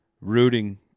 rooting